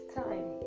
time